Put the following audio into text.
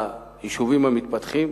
וליישובים המתפתחים.